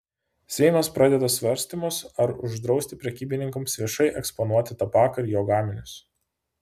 seimas pradeda svarstymus ar uždrausti prekybininkams viešai eksponuoti tabaką ir jo gaminius